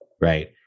right